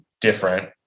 different